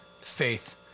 faith